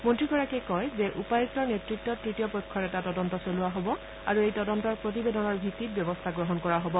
মন্ত্ৰীগৰাকীয়ে কয় যে উপায়ুক্তৰ নেতৃত্বত তৃতীয় পক্ষৰ এটা তদন্ত চলোৱা হব আৰু এই তদন্তৰ প্ৰতিবেদনৰ ভিত্তিত ব্যৱস্থা গ্ৰহণ কৰা হব